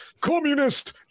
communist